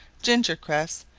ginger-cress,